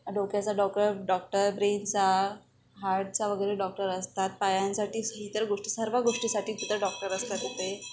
डोक्याचा doctor doctor ब्रेनचा हार्टचा वगैरे डॉक्टर असतात पायांसाठी ही तर गोष्टी सर्व गोष्टीसाठी तिथं डॉक्टर असतात तिथे